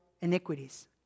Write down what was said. iniquities